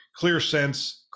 ClearSense